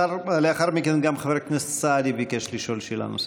לאחר מכן גם חבר הכנסת סעדי ביקש לשאול שאלה נוספת.